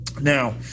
Now